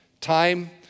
Time